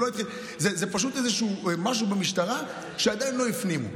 זה פשוט איזשהו משהו במשטרה שהם עדיין לא הפנימו.